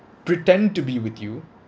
pretend to be with you